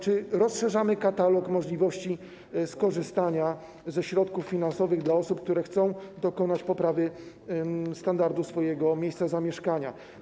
Czyli rozszerzamy katalog możliwości skorzystania ze środków finansowych dla osób, które chcą dokonać poprawy standardu swojego miejsca zamieszkania.